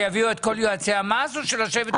שיביאו את כל יועצי המס או לשבת עם מייצג?